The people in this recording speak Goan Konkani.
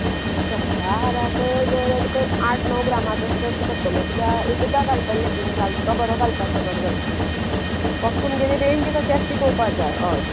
हें तो चपला हाराक जवळ जवळ तुका आठ णव ग्रामाचोच करचो पडटलो कित्याक एकुचदां घालतलें न्ही ती घालता तो बरो घालतात तो गडगंज फक्त तुमगेलें रेंज कशें आसा ती पळोवपाक जाय हय